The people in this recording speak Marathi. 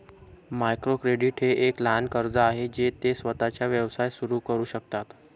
मायक्रो क्रेडिट हे एक लहान कर्ज आहे जे ते स्वतःचा व्यवसाय सुरू करू शकतात